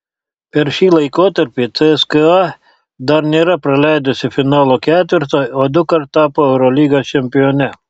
per šį laikotarpį cska dar nėra praleidusi finalo ketverto o dukart tapo eurolygos čempione